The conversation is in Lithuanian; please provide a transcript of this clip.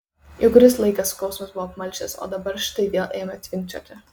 jau kuris laikas skausmas buvo apmalšęs o dabar štai vėl ėmė tvinkčioti